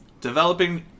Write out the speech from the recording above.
Developing